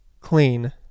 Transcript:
clean